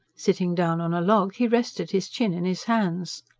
sitting down on a log he rested his chin in his hands.